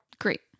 Great